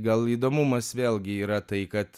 gal įdomumas vėlgi yra tai kad